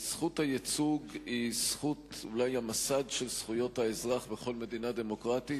זכות הייצוג היא אולי המסד של זכויות האזרח בכל מדינה דמוקרטית,